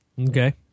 Okay